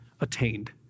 attained